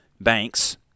Banks